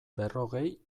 berrogei